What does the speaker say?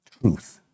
truth